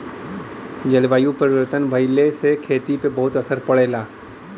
जलवायु परिवर्तन भइले से खेती पे बहुते असर पड़ला